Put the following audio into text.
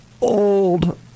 Old